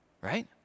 right